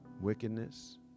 wickedness